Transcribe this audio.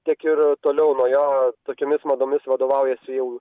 tiek ir toliau nuo jo tokiomis madomis vadovaujasi jau